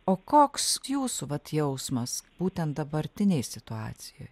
o koks jūsų vat jausmas būtent dabartinėj situacijoj